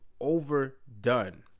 overdone